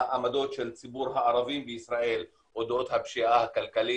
העמדות של ציבור הערבים בישראל אודות הפשיעה הכלכלית,